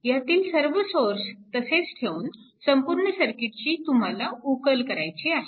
ह्यातील सर्व सोर्स तसेच ठेवून संपूर्ण सर्किटची तुम्हाला उकल करायची आहे